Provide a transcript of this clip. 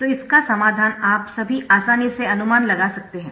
तो इसका समाधान आप सभी आसानी से अनुमान लगा सकते है